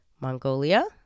Mongolia